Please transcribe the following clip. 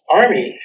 army